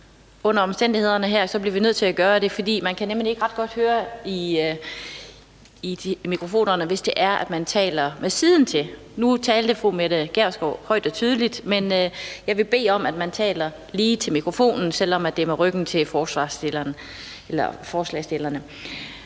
under omstændighederne her bliver vi nødt til at gøre det, fordi man nemlig ikke ret godt kan høre det i mikrofonerne, hvis det er, at man taler med siden til. Nu talte fru Mette Gjerskov højt og tydeligt, men jeg vil bede om, at man taler direkte til mikrofonen, selv om det er med ryggen til forslagsstillerne.